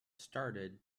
started